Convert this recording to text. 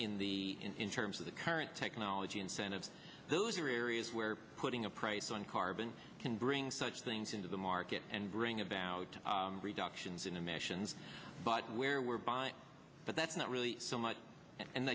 in the in terms of the current technology incentive those are areas where putting a price on carbon can bring such things into the market and bring about reductions in emissions but where we're buying but that's not really so much and